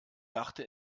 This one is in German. dachte